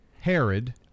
herod